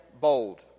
bold